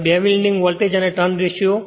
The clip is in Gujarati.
હવે બે વિન્ડિંગ વોલ્ટેજ અને ટર્ન રેશિયો